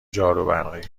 جاروبرقی